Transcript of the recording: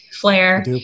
flair